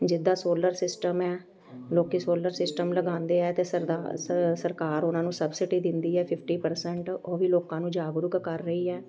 ਜਿੱਦਾਂ solar system ਹੈ ਲੋਕ ਸੋਲਰ ਸਿਮਟਮ ਲਗਾਉਂਦੇ ਹੈ ਅਤੇ ਸਰਕਾਰ ਉਹਨਾਂ ਨੂੰ ਸਬਸਿਡੀ ਦਿੰਦੀ ਹੈ ਫਿਫਟੀ ਪਰਸੈਂਟ ਉਹ ਵੀ ਲੋਕਾਂ ਨੂੰ ਜਾਗਰੂਕ ਕਰ ਰਹੀ ਹੈ